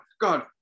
God